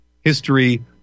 history